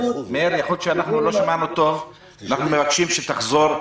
אנחנו מבקשים שתחזור.